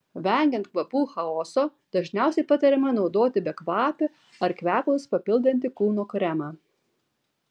vengiant kvapų chaoso dažniausiai patariama naudoti bekvapį ar kvepalus papildantį kūno kremą